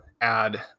add